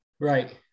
Right